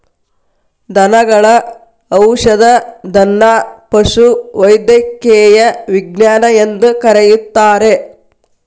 ದನಗಳ ಔಷಧದನ್ನಾ ಪಶುವೈದ್ಯಕೇಯ ವಿಜ್ಞಾನ ಎಂದು ಕರೆಯುತ್ತಾರೆ